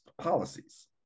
policies